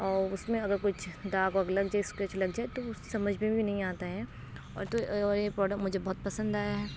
اور اس میں اگر کچھ داغ واغ لگ جائے اسکریچ لگ جائے تو وہ سمجھ میں بھی نہیں آتا ہے اور تو یہ پروڈکٹ مجھے بہت پسند آیا ہے